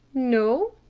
no,